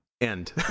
End